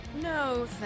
No